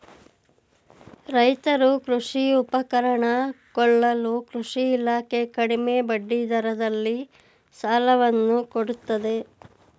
ರೈತರು ಕೃಷಿ ಉಪಕರಣ ಕೊಳ್ಳಲು ಕೃಷಿ ಇಲಾಖೆ ಕಡಿಮೆ ಬಡ್ಡಿ ದರದಲ್ಲಿ ಸಾಲವನ್ನು ಕೊಡುತ್ತದೆ